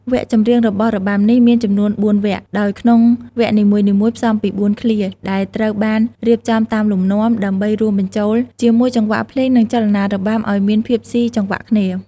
វគ្គចម្រៀងរបស់របាំនេះមានចំនួន ៤ វគ្គ ដោយក្នុងវគ្គនីមួយៗផ្សំពី ៤ ឃ្លា ដែលត្រូវបានរៀបចំតាមលំនាំ ដើម្បីរួមបញ្ចូលជាមួយចង្វាក់ភ្លេង និងចលនារបាំឲ្យមានភាពស៊ីចង្វាក់គ្នា។